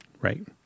Right